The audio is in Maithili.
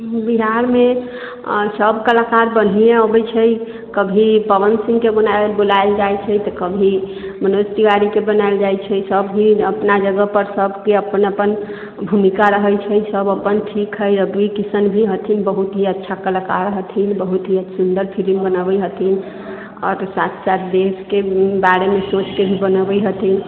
बिहारमे आओर सभ कलाकार बढ़िएँ अबै छै कभी पवन सिंहके बोलायल जाइ छै तऽ कभी मनोज तिवारीके बोलायल जाइ छै सभचीज अपना जगहपर सभके अपन अपन भूमिका रहै छै सभ अपन ठीक हइ रवि किशन भी हथिन बहुत ही अच्छा कलाकार हथिन बहुत ही सुन्दर फिल्म बनबै हथिन आओर साथ साथ देशके बारेमे भी सोचके भी बनबै हथिन